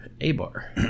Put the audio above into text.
A-Bar